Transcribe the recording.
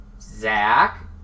Zach